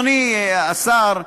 אדוני השר,